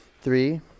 three